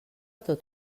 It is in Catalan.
tot